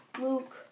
Luke